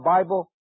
Bible